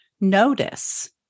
notice